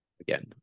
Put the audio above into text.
again